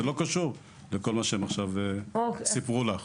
זה לא קשור לכל מה שהם עכשיו סיפרו לך.